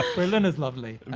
berlin is lovely.